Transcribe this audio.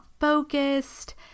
focused